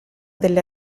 delle